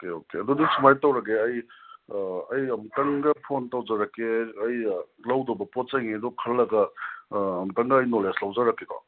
okay okay ꯑꯗꯨꯗꯤ ꯁꯨꯃꯥꯏꯅ ꯇꯧꯔꯒꯦ ꯑꯩ ꯑꯥ ꯑꯩ ꯑꯃꯨꯛꯇꯪꯒ ꯐꯣꯟ ꯇꯧꯖꯔꯛꯀꯦ ꯑꯩ ꯂꯧꯗꯕ ꯄꯣꯠ ꯆꯩꯈꯩꯗꯣ ꯈꯜꯂꯒ ꯑꯃꯨꯛꯇꯪꯑꯩ ꯅꯣꯂꯦꯖ ꯂꯧꯖꯔꯛꯀꯦꯀꯣ